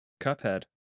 Cuphead